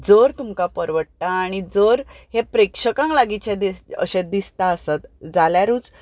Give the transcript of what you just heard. जर तुमकां परवडटा आनी जर हें प्रेक्षकांक लागींचें अशें दिसता आसत जाल्यारूच